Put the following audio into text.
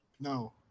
No